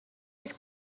his